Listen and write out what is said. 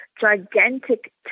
gigantic